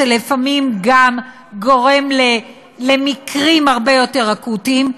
שלפעמים גם גורם למקרים הרבה יותר אקוטיים.